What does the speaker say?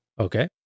Okay